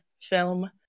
film